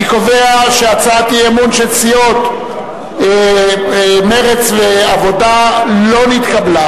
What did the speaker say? אני קובע שהצעת האי-אמון של סיעות מרצ והעבודה לא נתקבלה.